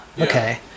okay